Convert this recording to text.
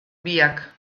biak